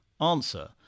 answer